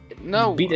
No